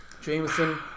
Jameson